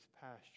pasture